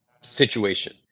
situation